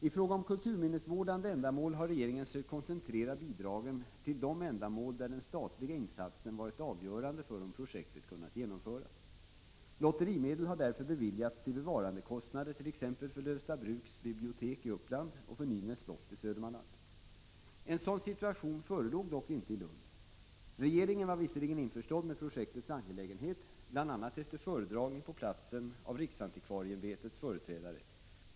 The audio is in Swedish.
I fråga om kulturminnesvårdande ändamål har regeringen sökt koncentrera bidragen till de ändamål vid vilka den statliga insatsen varit avgörande för om projektet kunnat genomföras. Lotterimedel har därför beviljats till bevarandekostnader, t.ex. för Lövsta bruks bibliotek i Uppland och för Nynäs slott i Södermanland. En sådan situation förelåg dock inte i Lund. Regeringen insåg visserligen hur angeläget projektet var, bl.a. efter föredragning på platsen av riksantikvarieämbetets företrädare.